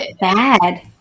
bad